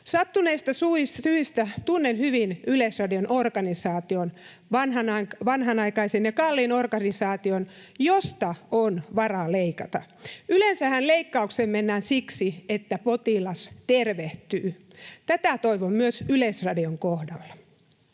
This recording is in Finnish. Sattuneista syistä tunnen hyvin Yleisradion organisaation, vanhanaikaisen ja kalliin organisaation, josta on varaa leikata. Yleensähän leikkaukseen mennään siksi, että potilas tervehtyy. Tätä toivon myös Yleisradion kohdalle.